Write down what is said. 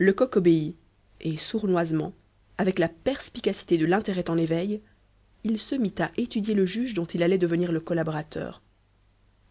lecoq obéit et sournoisement avec la perspicacité de l'intérêt en éveil il se mit à étudier le juge dont il allait devenir le collaborateur